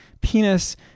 penis